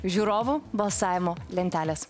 žiūrovų balsavimo lentelės